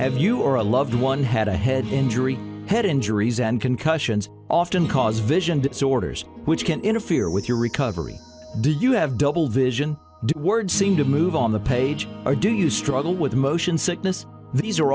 have you or a loved one had a head injury head injuries and concussions often cause vision disorders which can interfere with your recovery do you have double vision words seem to move on the page or do you struggle with motion sickness these are